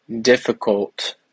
difficult